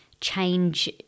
change